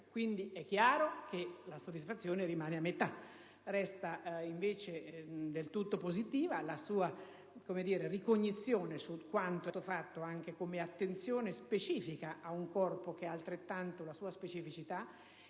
chiaro allora che la soddisfazione rimane a metà. Resta invece del tutto positiva la sua ricognizione su quanto è stato fatto, anche come attenzione specifica ad un Corpo che ha la sua specificità